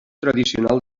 tradicional